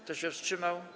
Kto się wstrzymał?